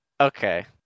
Okay